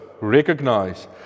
recognize